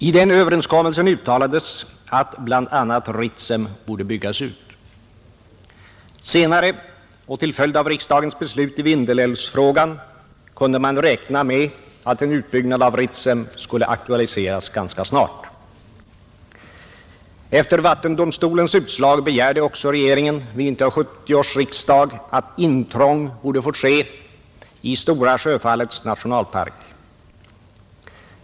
I den överenskommelsen uttalades att bl.a. Ritsem borde byggas ut. Senare, och till följd av riksdagens beslut i Vindelälvsfrågan, kunde man räkna med att en utbyggnad av Ritsem skulle aktualiseras ganska snart. Efter vattendomstolens utslag begärde också regeringen vid 1970 års riksdag att intrång borde få ske i Stora Sjöfallets nationalpark.